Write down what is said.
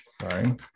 Sorry